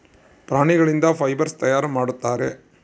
ಪ್ರಾಣಿಗಳಿಂದ ಫೈಬರ್ಸ್ ತಯಾರು ಮಾಡುತ್ತಾರೆ